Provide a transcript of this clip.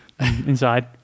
Inside